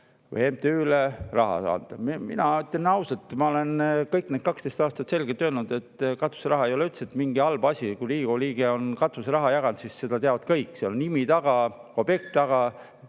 või MTÜ-le raha saata. Mina ütlen ausalt, ma olen kõik need 12 aastat selgelt öelnud, et katuseraha ei ole üldiselt halb asi. Kui Riigikogu liige on katuseraha jaganud, siis seda teavad kõik – seal on nimi taga, objekt taga.